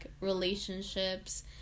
relationships